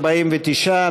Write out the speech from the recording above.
49,